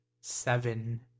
seven